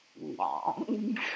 long